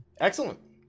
Excellent